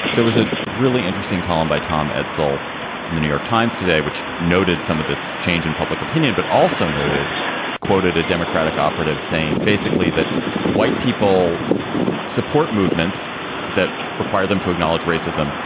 there was a really interesting column by tom etzel in the new york times today which noted some of this change in public opinion, but also noted quoted a democratic operative saying basically that white people support movements that require them to acknowledge racism,